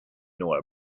nor